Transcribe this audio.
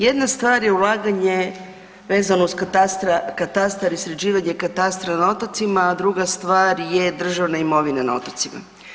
Jedna stvar je ulaganje vezano uz katastar i sređivanje katastra na otocima, a druga stvar je državna imovina na otocima.